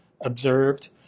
observed